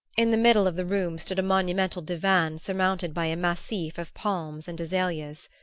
in the middle of the room stood a monumental divan surmounted by a massif of palms and azaleas.